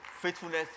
faithfulness